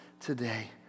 today